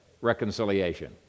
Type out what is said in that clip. Reconciliation